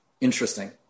Interesting